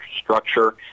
structure